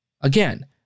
again